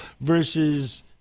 versus